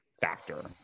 factor